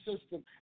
system